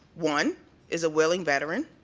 one is a willing veteran.